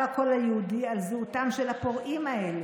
"הקול היהודי" על זהותם של הפורעים האלה: